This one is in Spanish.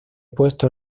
puesto